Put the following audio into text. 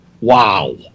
wow